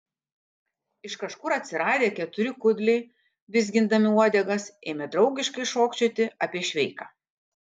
iš kažkur atsiradę keturi kudliai vizgindami uodegas ėmė draugiškai šokčioti apie šveiką